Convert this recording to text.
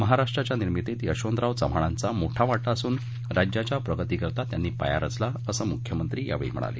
महाराष्ट्राच्या निर्मितीत यशवंतराव चव्हाणांचा मोठा वाटा असून राज्याच्या प्रगतीकरता त्यांनी पाया रचला असं मुख्यमंत्री यावेळी म्हणाले